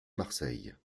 marseille